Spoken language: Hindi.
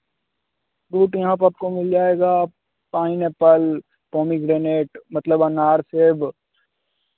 फूट यहाँ पर आपको मिल जाएगा पाइनएप्पल पोमिग्रेनेट मतलब अनार सेब